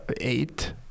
eight